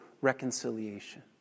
reconciliation